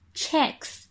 checks